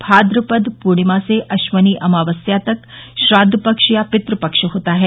भाद्रपद पूर्णिमा से अश्वनी अमावस्या तक श्राद्व पक्ष या पितृपक्ष होता है